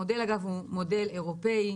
המודל הוא מודל אירופאי,